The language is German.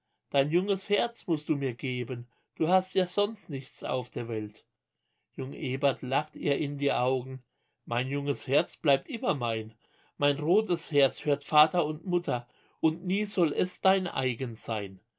dein junges herz mußt du mir geben du hast ja sonst nichts auf der welt jung ebert lacht ihr in die augen mein junges herz bleibt immer mein mein rotes herz hört vater und mutter und nie soll es dein eigen sein